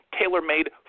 tailor-made